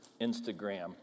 Instagram